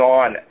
on